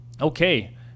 Okay